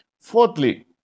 Fourthly